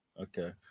okay